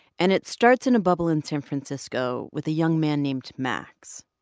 and it starts in a bubble in san francisco with a young man named max.